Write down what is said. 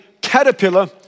caterpillar